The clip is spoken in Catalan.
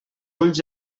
ulls